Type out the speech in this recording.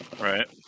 Right